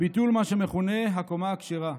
ביטול מה שמכונה "הקומה הכשרה"